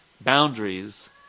boundaries